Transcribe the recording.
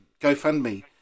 GoFundMe